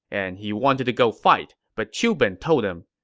and he wanted to go fight, but qiu ben told him,